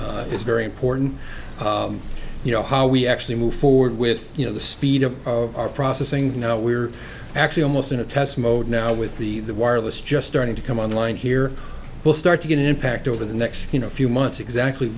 is very important you know how we actually move forward with you know the speed of our processing though we're actually almost in a test mode now with the wireless just starting to come online here we'll start to get an impact over the next you know few months exactly